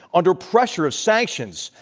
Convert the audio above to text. under pressure of sanctions,